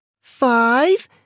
five